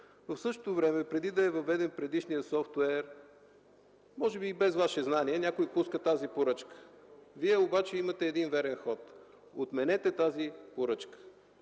В същото време, преди да е въведен предишният софтуер, може би и без Ваше знание някой пуска тази поръчка. Вие обаче имате един верен ход – отменете тази поръчка.